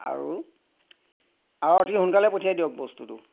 আৰু আৰু অতি সোনকালে পঠিয়াই দিয়ক বস্তুটো